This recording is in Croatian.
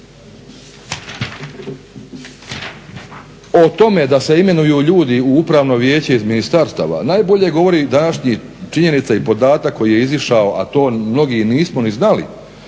o tome da se imenuju ljudi u upravno vijeće iz ministarstava najbolje govori današnja činjenica i podatak koji je izišao a to mnogi nismo ni znali